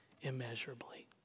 immeasurably